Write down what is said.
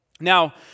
Now